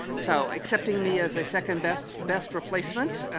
so accepting me as a second best best replacement,